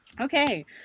Okay